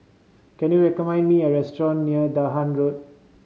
can you recommend me a restaurant near Dahan Road